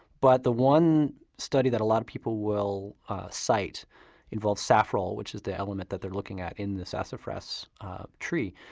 but the one study that a lot of people will cite involved safrole, which is the element that they're looking at in the sassafras tree.